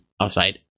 outside